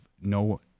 no